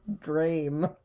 dream